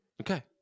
Okay